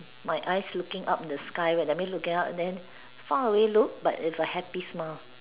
my eyes looking up the sky where I mean looking up then far away look but with a happy smile